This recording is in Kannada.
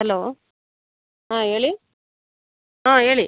ಹಲೋ ಹಾಂ ಹೇಳಿ ಹಾಂ ಹೇಳಿ